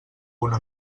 una